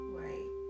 right